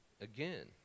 Again